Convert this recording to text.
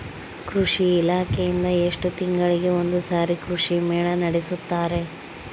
ಕೃಷಿ ಇಲಾಖೆಯಿಂದ ಎಷ್ಟು ತಿಂಗಳಿಗೆ ಒಂದುಸಾರಿ ಕೃಷಿ ಮೇಳ ನಡೆಸುತ್ತಾರೆ?